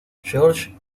george